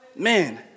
Man